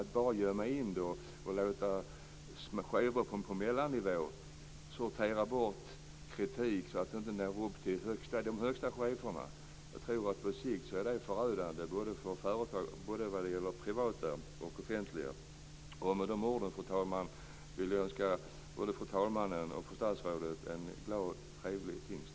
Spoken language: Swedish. Att bara gömma undan det och låta chefer på mellannivå sortera bort kritik så att den inte når upp till de högsta cheferna tror jag är förödande på sikt både i den privata och i den offentliga sektorn. Fru talman! Med de orden vill jag önska fru talmannen och fru statsrådet en glad och trevlig pingst.